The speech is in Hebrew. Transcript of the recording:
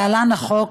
להלן: החוק,